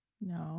no